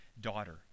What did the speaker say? daughter